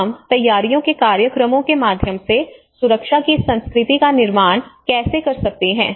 तो हम तैयारियों के कार्यक्रमों के माध्यम से सुरक्षा की इस संस्कृति का निर्माण कैसे कर सकते हैं